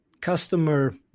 customer